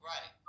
Right